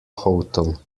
hotel